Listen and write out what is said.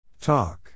Talk